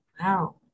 wow